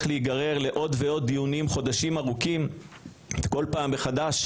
להיגרר לעוד ועוד דיונים חודשים ארוכים כל פעם מחדש,